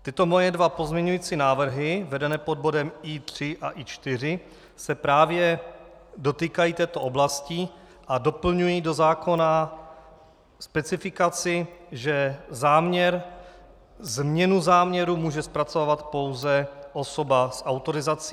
Tyto moje dva pozměňující návrhy vedené pod bodem I3 a I4 se právě dotýkají této oblasti a doplňují do zákona specifikaci, že záměr, změnu záměru může zpracovávat pouze osoba s autorizací.